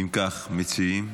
אם כך, מציעים?